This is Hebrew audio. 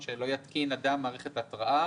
"לא יתקין אדם מערכת התרעה ...".